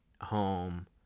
home